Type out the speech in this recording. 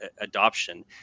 adoption